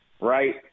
right